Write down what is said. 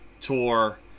tour